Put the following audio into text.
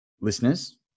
Listeners